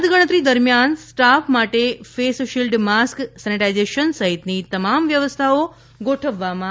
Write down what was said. મતગણતરી દરમિયાન સ્ટાફ માટે ફેસ શિલ્ડ માસ્ક સેનિટાઇઝેશન સહિતની તમામ વ્યવસ્થાઓ ગોઠવવામાં આવી છે